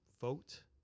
vote